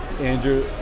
Andrew